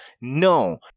No